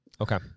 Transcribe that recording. Okay